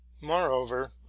moreover